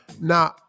Now